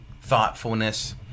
thoughtfulness